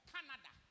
Canada